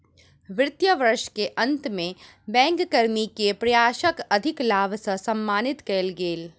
वित्तीय वर्ष के अंत में बैंक कर्मी के प्रयासक अधिलाभ सॅ सम्मानित कएल गेल